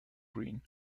green